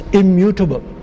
immutable